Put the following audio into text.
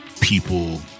people